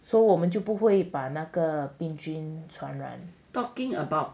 so 我们就不会把那个病菌传染 talking about